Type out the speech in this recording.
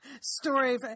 story